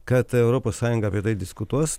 kad europos sąjunga apie tai diskutuos